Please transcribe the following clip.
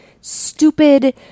stupid